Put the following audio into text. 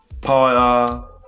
power